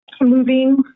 moving